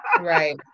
right